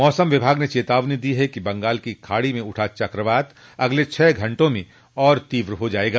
मौसम विभाग ने चेतावनी दी है कि बंगाल की खाड़ी में उठा चक्रवात अगले छह घंटों में और तीव्र हो जाएगा